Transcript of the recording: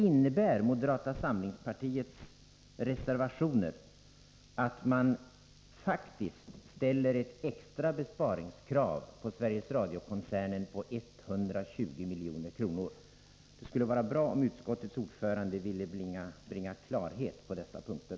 Innebär moderata samlingspartiets reservationer att man faktiskt ställer ett extra besparingskrav på Sveriges Radio-koncernen på 120 milj.kr.? Det skulle vara bra om utskottets ordförande ville bringa klarhet på dessa punkter.